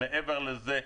מעבר לזה,